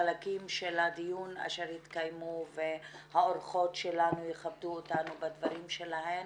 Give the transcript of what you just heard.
כך שבחלקים של הדיון שהאורחות שלנו יכבדו אותנו בדברים שלהן